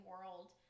world